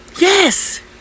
Yes